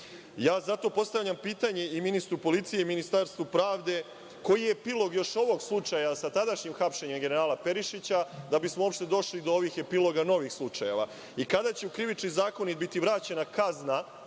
postavljam pitanje i ministru policije i ministru pravde, koji je epilog još ovog slučaja sa tadašnjim hapšenjem generala Perišića, da bismo uopšte došli do ovih epiloga novih slučajeva? Kada će u Krivični zakonik biti vraćena kazna